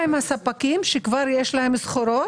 מה עם הספקים שכבר יש להם סחורות,